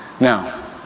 Now